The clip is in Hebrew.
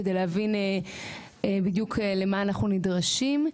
כדי להבין בדיוק למה אנחנו נדרשים.